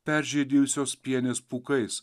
peržydėjusios pienės pūkais